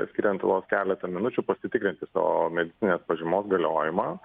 skiriant vos keletą minučių pasitikrinti savo medicininės pažymos galiojimą